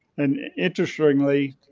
and interestingly,